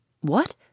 What